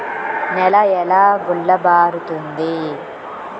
నేల ఎలా గుల్లబారుతుంది?